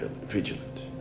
vigilant